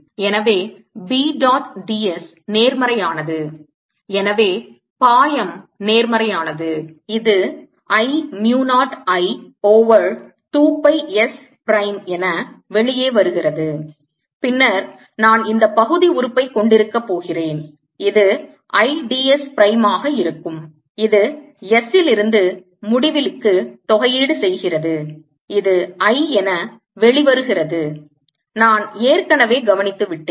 எனவே B dot d s நேர்மறையானது எனவே பாயம் நேர்மறையானது இது I mu 0 I over 2 pi s prime என வெளியே வருகிறது பின்னர் நான் இந்த பகுதி உறுப்பை கொண்டிருக்கப் போகிறேன் இது I d s பிரைமாக இருக்கும் இது s இலிருந்து முடிவிலிக்கு தொகையீடு செய்கிறது இது I என வெளிவருகிறது நான் ஏற்கனவே கவனித்துவிட்டேன்